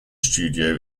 studio